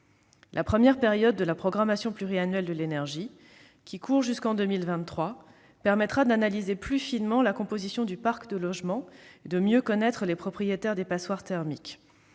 La première période de la programmation pluriannuelle de l'énergie, qui court jusqu'en 2023, permettra d'analyser plus finement la composition du parc de logements et de mieux connaître les propriétaires de passoires thermiques.